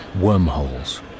Wormholes